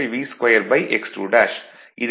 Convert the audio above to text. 5 V2x2